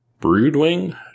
Broodwing